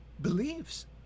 believes